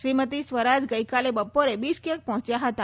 શ્રીમતી સુષ્મા ગઈકાલે બપોરે બિશકેક પહોંચ્યા હતા